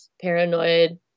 Paranoid